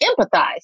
empathize